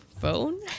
phone